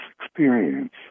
experience